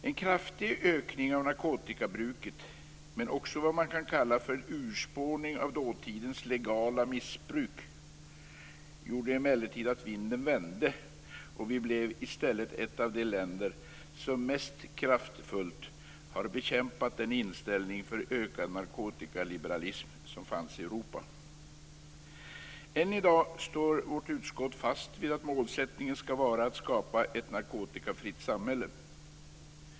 En kraftig ökning av narkotikabruket, men också vad man kan kalla för en urspårning av dåtidens legala missbruk, gjorde emellertid att vinden vände, och vi blev i stället ett av de länder som mest kraftfullt har bekämpat den inställning för ökad narkotikaliberalism som fanns i Europa. Än i dag står vårt utskott fast vid att målsättningen ska vara att skapa ett narkotikafritt samhälle.